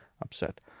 upset